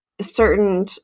certain